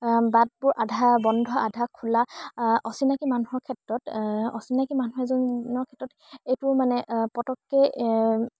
বাটবোৰ আধা বন্ধ আধা খোলা অচিনাকী মানুহৰ ক্ষেত্ৰত অচিনাকী মানুহ এজনৰ ক্ষেত্ৰত এইটো মানে পটককে